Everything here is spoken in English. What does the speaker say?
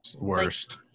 Worst